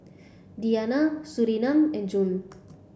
Diyana Surinam and Zul